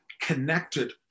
connected